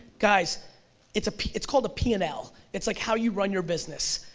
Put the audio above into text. guys it's it's called a p and l, it's like how you run your business,